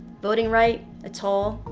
voting right, a toll,